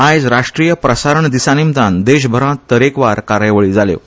आयज राष्ट्रीय प्रसारण दिसानिमतान देशभरांत तरेकवार कार्यावळी जाल्यो